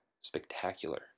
spectacular